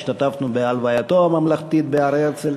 בהלווייתו הממלכתית בהר-הרצל.